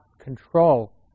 control